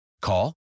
Call